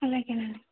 అలాగే అండీ